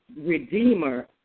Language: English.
Redeemer